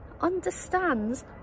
understands